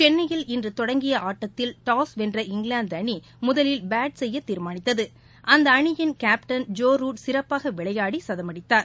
சென்னையில் இன்று தொடங்கிய ஆட்டத்தில் டாஸ் வென்ற இங்கிலாந்து அணி முதலில் பேட் செய்ய தீர்மானித்தது அந்த அணியின் கேப்டன் ஜோ ரூட் சிறப்பாக விளையாடி கதம் அடித்தார்